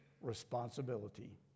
responsibility